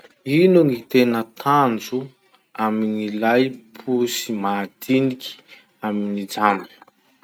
Ino gny tena tanjo amin'ilay posy madiniky amy jeans?